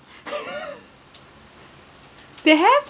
they have